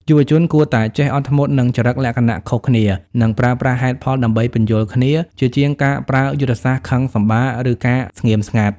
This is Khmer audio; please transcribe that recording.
យុវជនគួរតែចេះ "អត់ធ្មត់នឹងចរិតលក្ខណៈខុសគ្នា" និងប្រើប្រាស់ហេតុផលដើម្បីពន្យល់គ្នា ជាជាងការប្រើយុទ្ធសាស្ត្រខឹងសម្បារ ឬការស្ងៀមស្ងាត់។